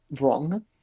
wrong